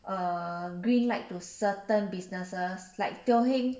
a green light to certain businesses like teo heng